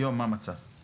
מה המצב היום?